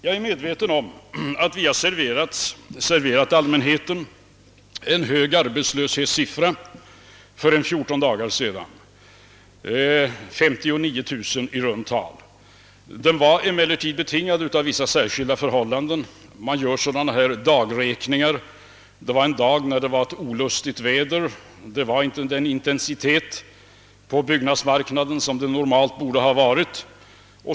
Jag är medveten om att vi för fjorton dagar sedan serverade allmänheten en hög arbetslöshetssiffra — i runt tal 59 000. Den var emellertid betingad av särskilda förhållanden. Man gör dagräkningar, och den senaste skedde en dag med olustigt väder, då det inte rådde den intensitet på arbetsmarknaden som det normalt borde ha gjort.